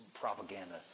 propaganda